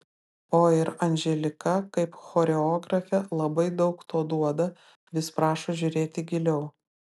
o ir anželika kaip choreografė labai daug to duoda vis prašo žiūrėti giliau